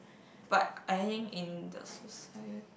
but I think in the society